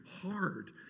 hard